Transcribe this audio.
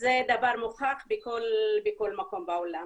זה דבר מוכח בכל מקום בעולם.